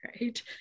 right